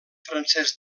francesc